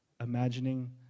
imagining